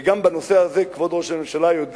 וגם בנושא הזה כבוד ראש הממשלה יודע